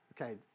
Okay